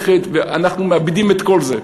אנחנו מאבדים את כל זה.